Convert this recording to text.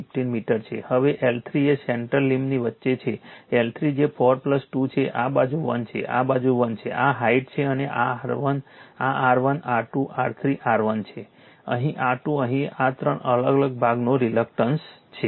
15 metre છે હવે L3 એ સેન્ટર લીમ્બની વચ્ચે છે L3 જે 4 2 છે આ બાજુ 1 છે આ બાજુ 1 છે આ હાઇટ છે અને આ R1 આ R1 R2 R3 R1 છે અહીં R2 અહીં આ ત્રણ અલગ અલગ ભાગનો રિલક્ટન્સ છે